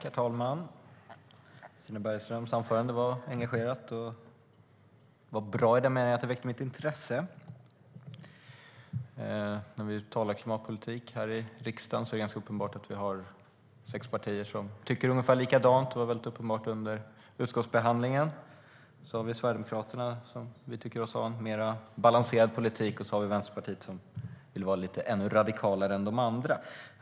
Herr talman! Stina Bergströms anförande var engagerat, och det var bra i den meningen att det väckte mitt intresse. När vi diskuterar klimatpolitik här i riksdagen är det ganska uppenbart att det finns sex partier som tycker ungefär likadant. Det var väldigt uppenbart under utskottsbehandlingen. Så har vi Sverigedemokraterna - vi tycker oss ha en mer balanserad politik - och Vänsterpartiet, som vill vara ännu radikalare än de andra.